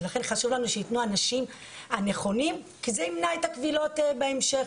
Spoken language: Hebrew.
ולכן חשוב לנו שיהיו בו האנשים הנכונים כי זה ימנע את הקבילות בהמשך.